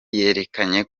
yerekanye